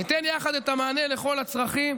ניתן יחד את המענה לכל הצרכים,